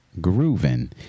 grooving